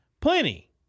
Plenty